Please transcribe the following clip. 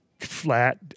flat